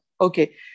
okay